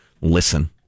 listen